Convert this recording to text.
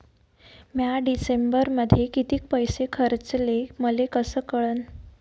म्या डिसेंबरमध्ये कितीक पैसे खर्चले मले कस कळन?